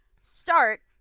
start